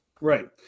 Right